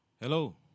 Hello